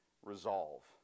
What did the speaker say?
resolve